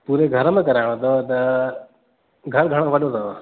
पूरे घर में कराइणो अथव त घर घणो वॾो अथव